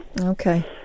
Okay